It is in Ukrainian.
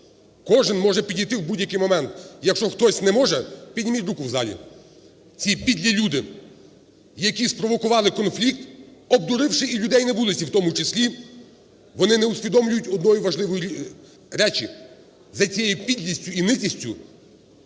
Кожен може підійти в будь-який момент. Якщо хтось не може – підніміть руку в залі. Ці підлі люди, які спровокували конфлікт, обдуривши і людей на вулиці в тому числі, вони не усвідомлюють одної важливої речі, за цією підлістю і ницістю